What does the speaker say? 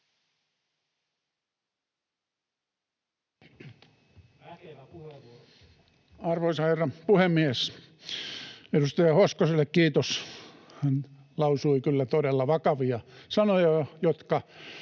Arvoisa herra puhemies! Edustaja Hoskoselle kiitos. Hän lausui kyllä todella vakavia sanoja, jotka